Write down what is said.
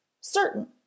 certain